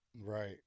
Right